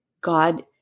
God